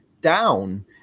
down